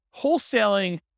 wholesaling